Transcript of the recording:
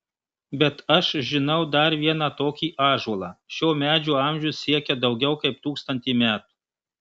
bet aš žinau dar vieną tokį ąžuolą šio medžio amžius siekia daugiau kaip tūkstantį metų